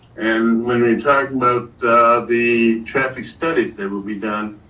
and when we talking about the traffic studies that will be done,